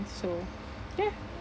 so ya